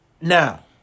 now